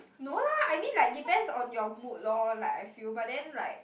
no lah I mean like depends on your mood lor like I feel but then like